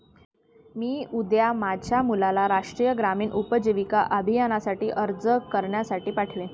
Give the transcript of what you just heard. मी उद्या माझ्या मुलाला राष्ट्रीय ग्रामीण उपजीविका अभियानासाठी अर्ज करण्यासाठी पाठवीन